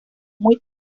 muy